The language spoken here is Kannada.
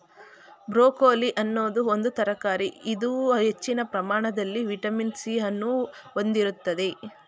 ಬ್ರೊಕೊಲಿ ಅನ್ನೋದು ಒಂದು ತರಕಾರಿ ಇದು ಹೆಚ್ಚಿನ ಪ್ರಮಾಣದಲ್ಲಿ ವಿಟಮಿನ್ ಸಿ ಅನ್ನು ಹೊಂದಿರ್ತದೆ